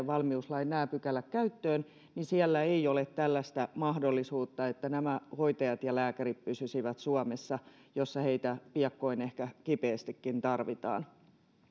valmiuslain pykälät tulevat käyttöön ei ole tällaista mahdollisuutta että nämä hoitajat ja lääkärit pysyisivät suomessa jossa heitä piakkoin ehkä kipeästikin tarvitaan